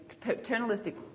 paternalistic